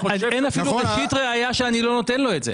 אין אפילו ראשית ראיה שאני לא נותן לו את זה.